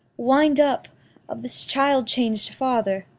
wind up of this child-changed father!